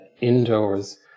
indoors